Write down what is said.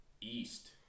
east